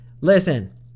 Listen